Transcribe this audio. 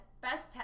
Best